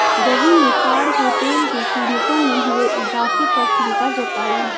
रवि ने ताड़ के तेल की कीमतों में हुए इजाफे पर चिंता जताई